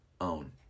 own